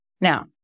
Now